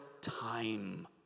time